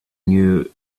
knew